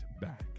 back